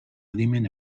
adimen